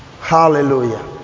hallelujah